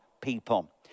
people